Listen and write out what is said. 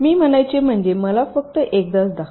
मी म्हणायचे म्हणजे मला फक्त एकदाच दाखव